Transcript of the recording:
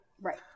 Right